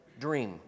dream